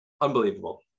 unbelievable